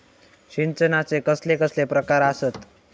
सिंचनाचे कसले कसले प्रकार आसत?